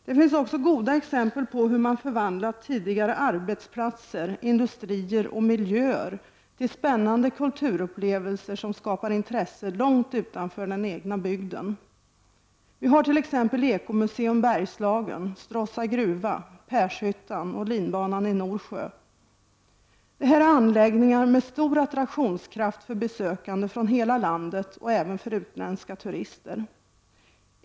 Det finns också goda exempel på hur man förvandlat tidigare arbetsplatser, industrier och miljöer till spännande kulturupplevelser, som skapar intresse långt utanför den egna bygden. Vi har exempel som Ekomuseum Bergslagen, Stråssa gruva, Pershyttan och linbanan i Norsjö. Det är anläggningar med stor attraktionskraft för besökande från hela landet och även för utländska turister.